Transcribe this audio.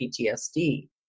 PTSD